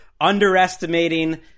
underestimating